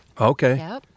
Okay